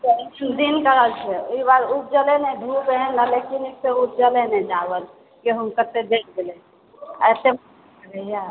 एहिबार उपजले नहि धूप एहन लगलै कि नीक से उपजलै नहि चावल गहुँम तक तऽ जड़ि गेले एते यऽ